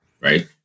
right